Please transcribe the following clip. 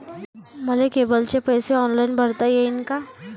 मले केबलचे पैसे ऑनलाईन भरता येईन का?